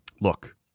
look